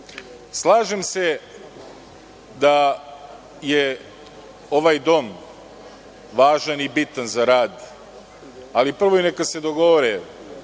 tome. Slažem se da je ovaj dom važan i bitan za rad, ali prvo neka se dogovore